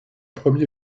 premier